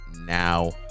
now